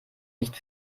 nicht